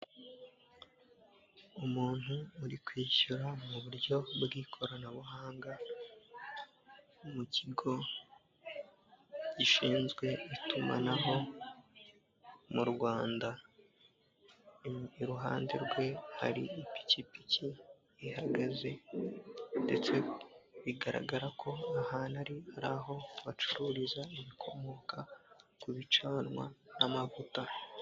Umuntu uri kwishyura mu buryo bw'ikoranabuhanga, mu kigo gishinzwe itumanaho mu Rwanda. Iruhande rwe hari ipikipiki ihagaze ndetse bigaragara ko ahantu ari, ari aho bacururiza ibikomoka ku bicanwa n'amavuta.